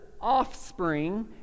offspring